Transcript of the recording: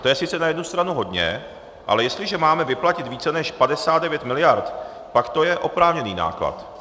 To je sice na jednu stranu hodně, ale jestliže máme vyplatit více než 59 miliard, pak to je oprávněný náklad.